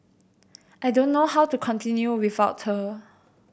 I don't know how to continue without her